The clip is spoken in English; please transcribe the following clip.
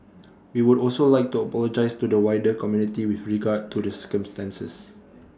we would also like to apologise to the wider community with regard to the circumstances